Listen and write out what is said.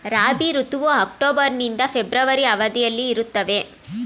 ರಾಬಿ ಋತುವು ಅಕ್ಟೋಬರ್ ನಿಂದ ಫೆಬ್ರವರಿ ಅವಧಿಯಲ್ಲಿ ಇರುತ್ತದೆ